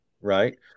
right